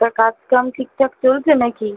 তা কাজ কাম ঠিকঠাক চলছে নাকি